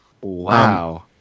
wow